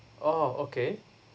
oh okay